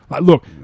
Look